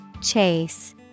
Chase